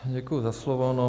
Děkuji za slovo.